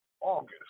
August